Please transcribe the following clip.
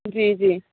جی جی